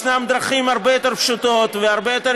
יש דרכים הרבה יותר פשוטות והרבה יותר